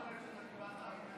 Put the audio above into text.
איתן, שמת לב שאתה קיבלת הכי מעט?